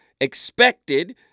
expected